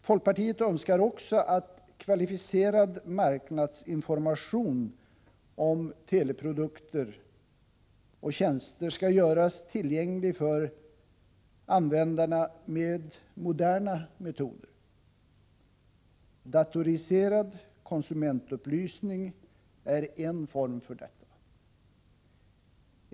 Folkpartiet önskar också att kvalificerad marknadsinformation om teleprodukter och tjänster skall göras tillgänglig för användarna med moderna metoder. Datoriserad konsumentupplysning är en form för detta.